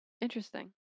Interesting